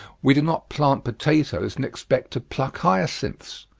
we do not plant potatoes and expect to pluck hyacinths.